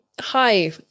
hi